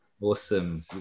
Awesome